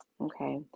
Okay